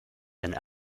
and